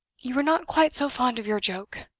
you were not quite so fond of your joke.